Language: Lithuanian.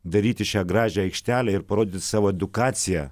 daryti šią gražią aikštelę ir parodyti savo edukaciją